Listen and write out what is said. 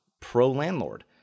pro-landlord